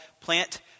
plant